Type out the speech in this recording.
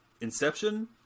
Inception